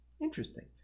Interesting